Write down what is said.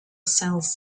cells